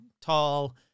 tall